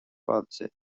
fáilte